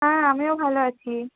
হ্যাঁ আমিও ভালো আছি